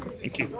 thank you.